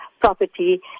property